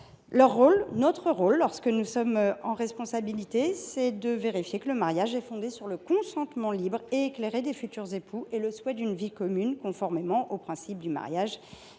Notre rôle, lorsque nous sommes en responsabilité, est de vérifier que le mariage est fondé sur le consentement libre et éclairé des futurs époux et le souhait d’une vie commune, conformément aux principes du mariage